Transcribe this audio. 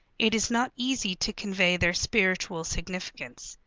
it is not easy to convey their spiritual significance.